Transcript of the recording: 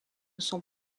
sont